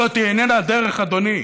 זאת איננה הדרך, אדוני,